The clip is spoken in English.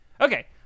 okay